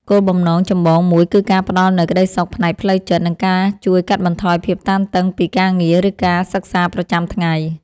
គោលបំណងចម្បងមួយគឺការផ្ដល់នូវ ក្ដីសុខផ្នែកផ្លូវចិត្ត និងការជួយកាត់បន្ថយភាពតានតឹងពីការងារ ឬការសិក្សាប្រចាំថ្ងៃ។